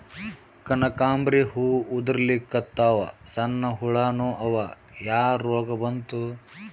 ಕನಕಾಂಬ್ರಿ ಹೂ ಉದ್ರಲಿಕತ್ತಾವ, ಸಣ್ಣ ಹುಳಾನೂ ಅವಾ, ಯಾ ರೋಗಾ ಬಂತು?